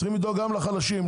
צריכים לדאוג גם לחלשים,